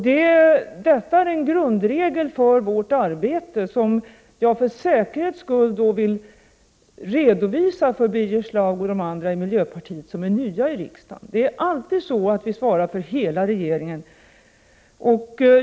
Detta är en grundregel för vårt arbete, som jag för säkerhets skull vill redovisa för Birger Schlaug och de andra i miljöpartiet som är nya i riksdagen. Vi svarar alltså alltid för hela regeringen.